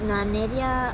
நான் நெறைய:naan neraya